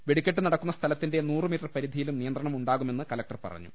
വെടിക്കെട്ട് നടക്കുന്ന സ്ഥലത്തിന്റെ നൂറു മീറ്റർ പരിധിയിലും നിയന്ത്രണം ഉണ്ടാകുമെന്ന് കലക്ടർ പറഞ്ഞു